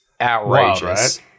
outrageous